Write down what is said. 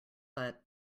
but